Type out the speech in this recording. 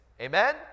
Amen